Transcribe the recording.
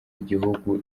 igihugu